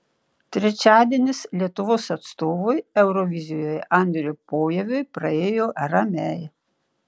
trečiadienis lietuvos atstovui eurovizijoje andriui pojaviui praėjo ramiai